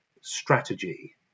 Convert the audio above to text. strategy